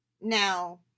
Now